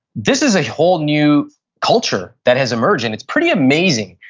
this is a whole new culture that has emerged and it's pretty amazing.